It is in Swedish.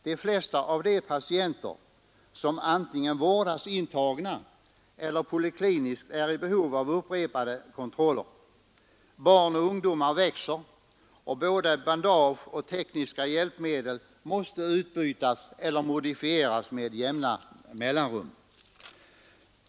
De flesta av de patienter som antingen vårdas intagna eller vårdas polikliniskt är i behov av upprepade kontroller. Barn och ungdomar växer, och både bandage och tekniska hjälpmedel måste därför bytas ut eller modifieras med jämna mellanrum.